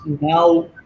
now